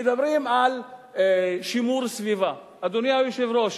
מדברים על שימור סביבה, אדוני היושב-ראש,